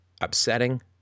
upsetting